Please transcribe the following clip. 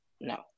no